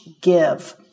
give